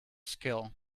skill